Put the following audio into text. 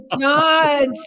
God